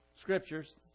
Scriptures